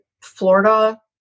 Florida